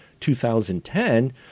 2010